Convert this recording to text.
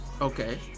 Okay